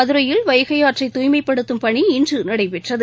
மதுரையில் வைகையாற்றை தூய்மைப்படுத்தும் பணி இன்று நடைபெற்றது